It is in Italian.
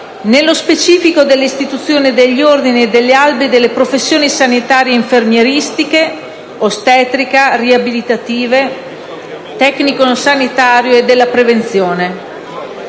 nello specifico dell'istituzione degli ordini e degli albi delle professioni sanitarie infermieristiche, ostetrica, riabilitative, tecnico-sanitarie e della prevenzione.